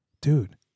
dude